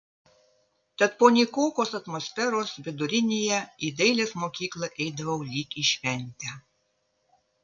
tad po nykokos atmosferos vidurinėje į dailės mokyklą eidavau lyg į šventę